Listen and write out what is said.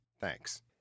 Thanks